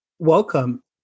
welcome